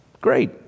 great